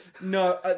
No